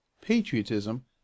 patriotism